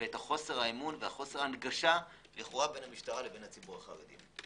וחוסר אמון וחוסר הנגשה לכאורה בין המשטרה לציבור החרדי.